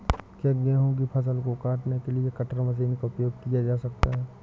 क्या गेहूँ की फसल को काटने के लिए कटर मशीन का उपयोग किया जा सकता है?